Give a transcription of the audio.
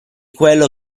quello